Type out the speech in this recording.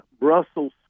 Brussels